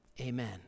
Amen